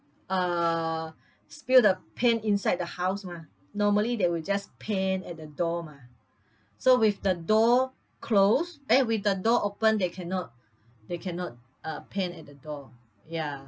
uh spill the paint inside the house mah normally they will just paint at the door mah so with the door closed eh with the door opened they cannot they cannot uh paint at the door ya